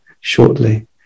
shortly